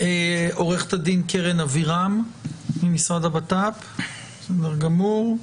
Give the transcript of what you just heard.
עורכת הדין קרן אבירם ממשרד הבט"פ, בסדר גמור.